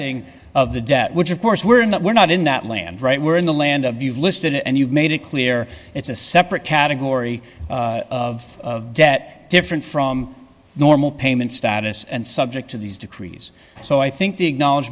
listing of the debt which of course were not were not in that land right were in the land of you've listed it and you've made it clear it's a separate category of debt different from normal payment status and subject to these decrees so i think the acknowledg